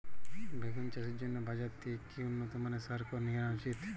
বেগুন চাষের জন্য বাজার থেকে কি উন্নত মানের সার কিনা উচিৎ?